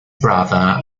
brother